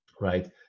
right